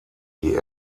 die